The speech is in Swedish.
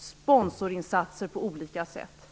sponsorinsatser på olika sätt.